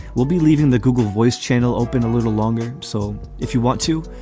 we'll be leaving the google voice channel open a little longer. so if you want to,